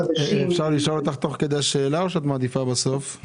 אפשר לשאול אותך תוך כדי ההצגה או שאת מעדיפה בסוף?